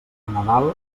nadal